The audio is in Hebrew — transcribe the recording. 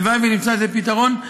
הלוואי שנמצא איזה פתרון.